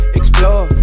explore